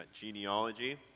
genealogy